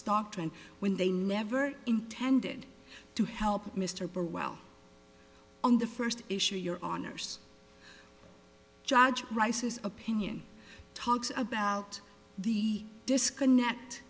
stockton when they never intended to help mr burwell on the first issue your honour's judge rice's opinion talks about the disconnect